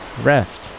rest